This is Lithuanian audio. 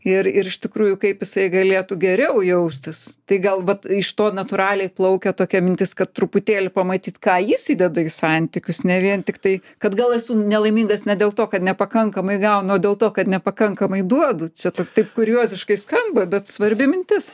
ir ir iš tikrųjų kaip jisai galėtų geriau jaustis tai gal vat iš to natūraliai plaukia tokia mintis kad truputėlį pamatyt ką jis įdeda į santykius ne vien tiktai kad gal esu nelaimingas ne dėl to kad nepakankamai gaunu o dėl to kad nepakankamai duodu čia tok taip kurioziškai skamba bet svarbi mintis